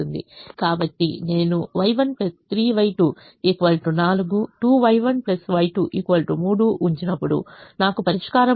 కాబట్టి నేను Y1 3Y2 4 2Y1 Y2 3 ఉంచినప్పుడు నాకు పరిష్కారం లభిస్తుంది